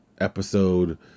episode